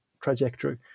trajectory